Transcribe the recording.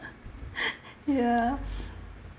ya